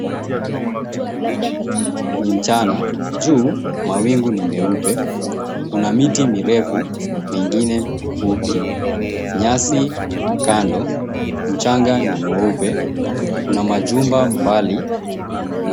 Ni mchana, juu mawingu ni meupe, kuna miti mirefu, mingine mifupi, nyasi kando, mchanga ni mweupe, kuna majumba mbali na...